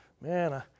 man